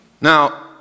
Now